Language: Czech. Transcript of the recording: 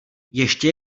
ještě